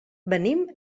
venim